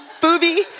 Booby